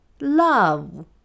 love